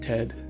Ted